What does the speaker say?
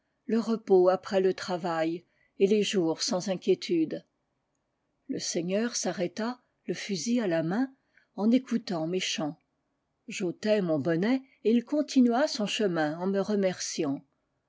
le repos après le travail et les jours sans inquiétude le seigneur s'arrêta le fusil à la main en écoutant mes chants j'ôtai mon bonnet et il continua son chemin en me remerciant